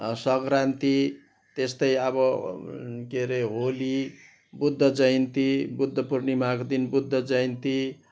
सङ्क्रान्ति त्यस्तै अब के अरे होली बुद्ध जयन्ती बुद्ध पूर्णिमाको दिन बुद्ध जयन्ती